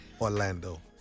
Orlando